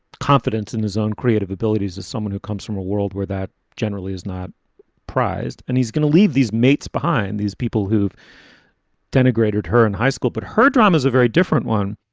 confidence in his own creative abilities as someone who comes from a world where that generally is not prized. and he's going to leave these mates behind, these people who've denigrated her in high school. but her drama is a very different one.